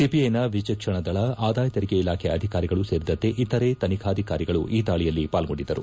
ಸಿಬಿಐನ ವಿಚಕ್ಷಣಾ ದಳ ಆದಾಯ ತೆರಿಗೆ ಇಲಾಖೆ ಅಧಿಕಾರಿಗಳು ಸೇರಿದಂತೆ ಇತರೆ ತನಿಖಾಧಿಕಾರಿಗಳು ಈ ದಾಳಿಯಲ್ಲಿ ಪಾಲ್ಗೊಂಡಿದ್ದರು